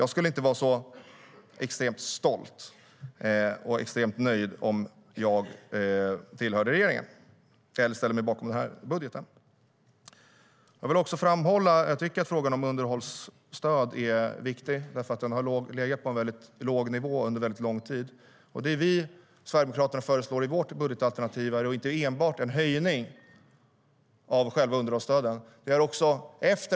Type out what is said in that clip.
Jag skulle inte vara så extremt stolt och extremt nöjd om jag tillhörde regeringen och ställde mig bakom den här budgeten. Jag vill framhålla att jag tycker att frågan om underhållsstöd är viktig, för det har legat på en väldigt låg nivå under lång tid. Det vi i Sverigedemokraterna föreslår i vårt budgetalternativ är inte enbart en höjning av själva underhållsstödet.